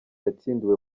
yatsindiwe